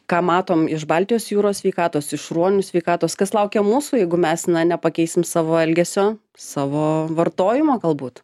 ką matom iš baltijos jūros sveikatos iš ruonių sveikatos kas laukia mūsų jeigu mes nepakeisim savo elgesio savo vartojimo galbūt